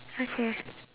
okay